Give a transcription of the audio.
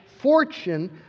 fortune